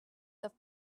the